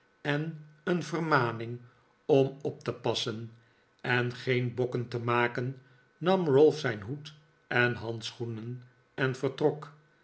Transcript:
en een vermaning om op te passen en geen bokken te maken nam ralph zijn hoed en handschoenen en vertrok